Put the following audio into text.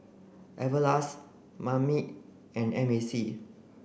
Everlast Marmite and M A C